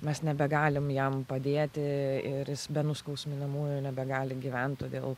mes nebegalim jam padėti ir jis be nuskausminamųjų nebegali gyvent todėl